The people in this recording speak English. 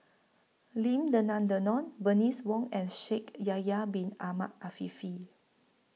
Lim Denan Denon Bernice Wong and Shaikh Yahya Bin Ahmed Afifi